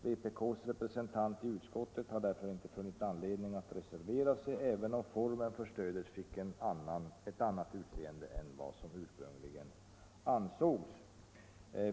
Vpk:s representant i utskottet har därför inte funnit anledning att reservera sig, även om formen för stödet blir en annan än vad som ursprungligen avsågs.